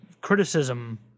criticism